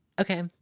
Okay